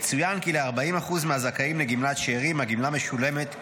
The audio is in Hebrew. יצוין כי ל-40% מהזכאים לגמלת שאירים הגמלה משולמת אוטומטית.